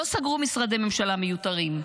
לא סגרו משרדי ממשלה מיותרים.